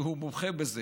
שהוא מומחה בזה,